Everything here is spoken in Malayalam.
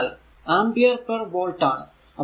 അതിനാൽ ആമ്പിയർ പേർ വോൾട് ആണ്